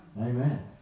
Amen